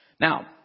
Now